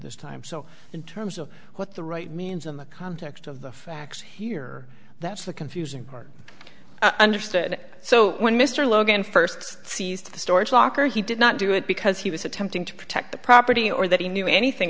this time so in terms of what the right means in the context of the facts here that's the confusing part i understood so when mr logan first seized the storage locker he did not do it because he was attempting to protect the property or that he knew anything